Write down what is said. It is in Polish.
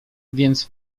więc